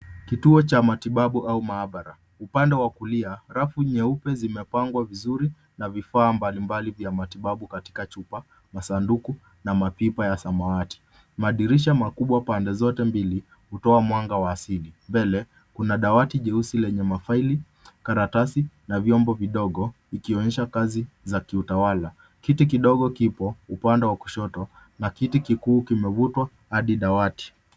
Kituo cha matibabu au maabara. Upande wa kulia rafu nyeupe zimepangwa vizuri na vifaa mbalimbali vya matibabu katika chupa, masanduku na mapipa ya samawati. Madirisha makubwa pande zote mbili hutoa mwanga wa asili. Mbele kuna dawati nyeusi lenye mafaili, karatasi na vyombo vidogo ikionyesha kazi za kiutawala. Kiti kidogo kipo upande wa kushoto na kiti kikuu kimevutwa hadi dawati.